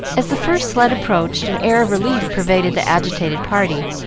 as the first sled approached, an air of relief pervaded the agitated party,